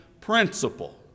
principle